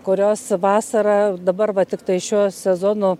kurios vasarą dabar va tiktai šiuo sezonu